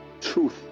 truth